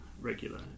regular